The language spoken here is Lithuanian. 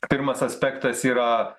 pirmas aspektas yra